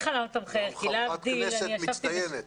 חברת כנסת מצטיינת.